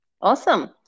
awesome